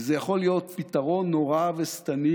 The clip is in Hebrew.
וזה יכול להיות פתרון נורא ושטני,